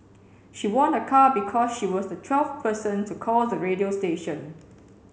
she won a car because she was the twelfth person to call the radio station